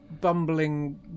bumbling